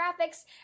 graphics